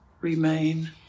remain